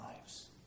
lives